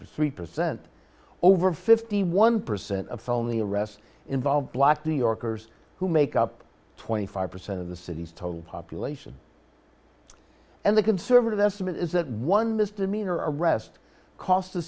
percent percent over fifty one percent of phone the arrests involve black new yorkers who make up twenty five percent of the city's total population and the conservative estimate is that one misdemeanor arrest cost the